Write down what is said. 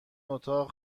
اتاق